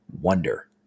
wonder